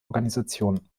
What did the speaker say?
organisationen